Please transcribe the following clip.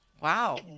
Wow